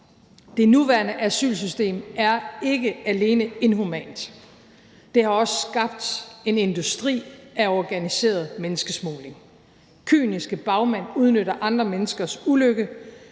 Det nuværende asylsystem er ikke alene inhumant, det har også skabt en industri af organiseret menneskesmugling. Kyniske bagmænd udnytter andre menneskers ulykke,